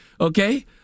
Okay